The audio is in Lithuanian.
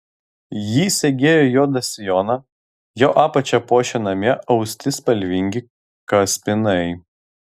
ji segėjo juodą sijoną jo apačią puošė namie austi spalvingi kaspinai